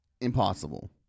impossible